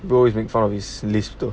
we always make fun of his series though